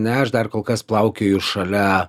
ne aš dar kol kas plaukioju šalia